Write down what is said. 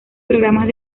programas